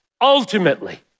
Ultimately